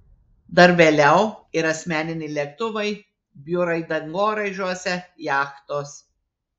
dar vėliau ir asmeniniai lėktuvai biurai dangoraižiuose jachtos